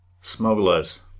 Smugglers